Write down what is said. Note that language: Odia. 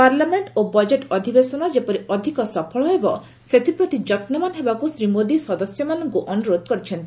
ପାଲାଁମେଣ୍ଟ ଓ ବଜେଟ୍ ଅଧିବେଶନ ଯେପରି ଅଧିକ ସଫଳ ହେବ ସେଥିପ୍ରତି ଯତ୍ନବାନ ହେବାକୁ ଶ୍ରୀ ମୋଦୀ ସସ୍ୟମାନଙ୍କୁ ଅନୁରୋଧ କରିଛନ୍ତି